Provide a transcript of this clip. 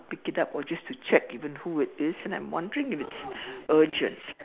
pick it up or just to check even who it is and I'm wondering if it's urgent